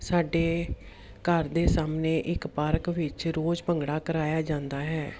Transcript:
ਸਾਡੇ ਘਰ ਦੇ ਸਾਹਮਣੇ ਇੱਕ ਪਾਰਕ ਵਿੱਚ ਰੋਜ਼ ਭੰਗੜਾ ਕਰਵਾਇਆ ਜਾਂਦਾ ਹੈ